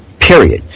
Period